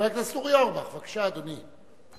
אורי אורבך - בבקשה, אדוני.